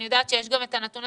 אני יודעת שיש גם את הנתון,